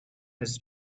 his